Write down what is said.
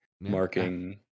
marking